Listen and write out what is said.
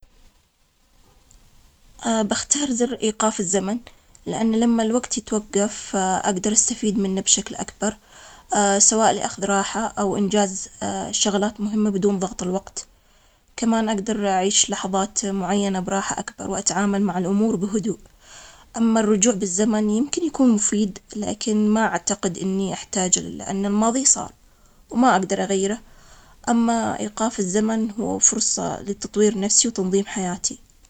بختار زر إيقاف الزمن، لأن لما الوقت يتوجف، أقدر استفيد منه بشكل أكبر، سواء لآخذ راحة أو إنجاز شغلات مهمة بدون ضغط الوقت، كمان أقدر أعيش لحظات معينة براحة أكبر وأتعامل مع الأمور بهدوء، أما الرجوع بالزمن ممكن يكون مفيد، لكن ما اعتقد إنى احتاجه، لأنه الماضى صعب وما أقدر أغيره، أما إيقاف الزمن، هو فرصة لتطوير نفسى وتنظيم حياتى.